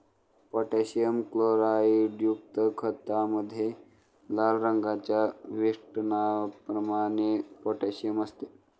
potassium क्लोराईडयुक्त खतामध्ये लाल रंगाच्या वेष्टनाप्रमाणे पोटॅशियम असते